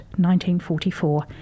1944